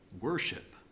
worship